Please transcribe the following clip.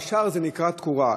והשאר נקרא תקורה.